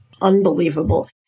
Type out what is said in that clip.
unbelievable